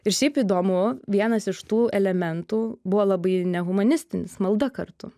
ir šiaip įdomu vienas iš tų elementų buvo labai nehumanistinis malda kartu